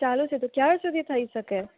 ચાલું છે તો ક્યાર સુધી થઈ શકે